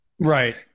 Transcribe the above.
Right